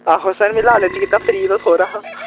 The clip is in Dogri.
आहो सर में लालच कीता फ्री दा हो रेहा हा